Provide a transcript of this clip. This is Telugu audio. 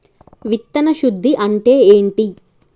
విత్తన శుద్ధి అంటే ఏంటి?